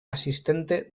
asistente